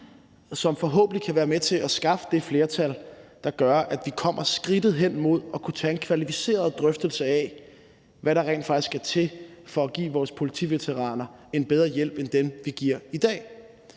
som forhåbentlig kan være med til at skaffe det flertal, der gør, at vi kommer skridtet hen imod at kunne tage en kvalificeret drøftelse af, hvad der rent faktisk skal til for at give vores politiveteraner en bedre hjælp end den, vi giver i dag.